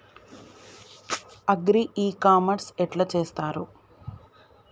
Agri e commerce ఎట్ల చేస్తరు?